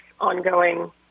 ongoing